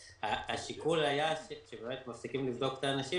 יש לזה השלכות משפטיות,